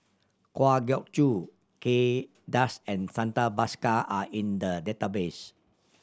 Kwa Geok Choo Kay Das and Santha Bhaskar are in the database